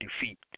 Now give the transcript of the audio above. defeat